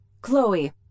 Chloe